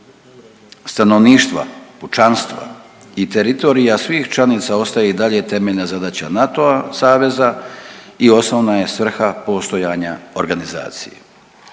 stanovništva, pučanstva i teritorija svih članica ostaje i dalje temeljna zadaća NATO-a saveza i osnovna je svrha postojanja organizacije.